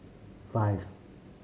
five